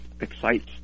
excites